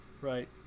Right